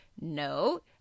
No